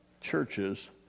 churches